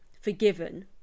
forgiven